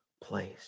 place